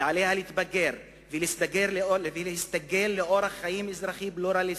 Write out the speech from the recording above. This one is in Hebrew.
ועליה להתבגר ולהסתגל לאורח חיים אזרחי ופלורליסטי,